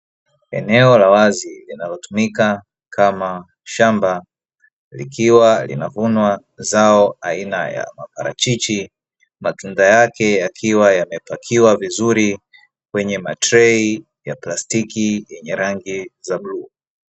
Eneo la wazi linalotumika kama shamba likiwa linalovunwa zao aina ya maparachichi, matunda yake yakiwa yamepakiwa vizuri kwenye matrei ya plastiki yenye rangi za bluu.